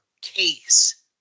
case